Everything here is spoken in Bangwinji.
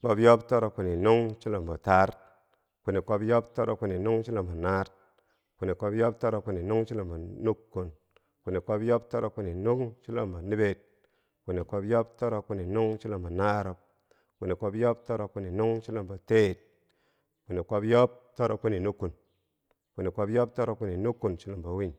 kwob yob toro kwini nung chulumbo taar, kwini kwob yob toro kwini nung chulumbo naar, kwini kwob yob toro kwini nung chulumbo nukkun, kwini kwob yob toro kwini nung chulumbo niber, kwini kwob yob toro kwini nung chulumbo narrub, kwini kwob yob toro kwini nung chulom teer, kwini kwob yob toro kwini nukkun, kwini kwob yob toro kwini nukkun chulumbo win,